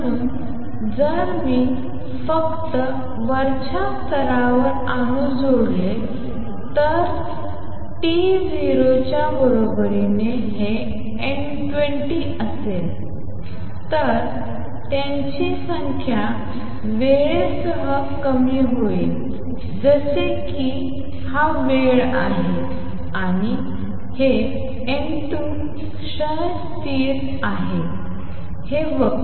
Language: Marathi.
म्हणून जर मी फक्त वरच्या स्तरावर अणू जोडले तर टी 0 च्या बरोबरीने हे N20 असेल तर त्यांची संख्या वेळेसह कमी होईल जसे की हा वेळ आहे आणि हे N2 क्षय स्थिर आहे हे वक्र e A21t